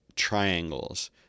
triangles